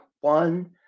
One